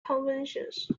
conventions